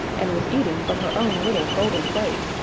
and was eating from her own little golden plate,